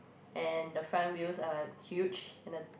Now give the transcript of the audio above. and the front wheels are huge and the